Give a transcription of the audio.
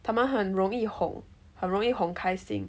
他们很容易哄很容易哄开心